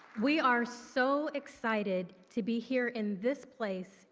we are so excited to be here in this place,